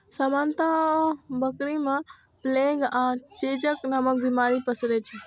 सामान्यतः बकरी मे प्लेग आ चेचक नामक बीमारी पसरै छै